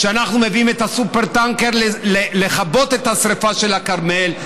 שאנחנו מביאים את הסופר-טנקר לכבות את השרפה של הכרמל,